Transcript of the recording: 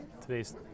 Today's